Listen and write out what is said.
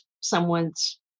someone's